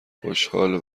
خوشحال